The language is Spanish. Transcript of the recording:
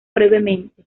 brevemente